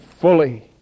fully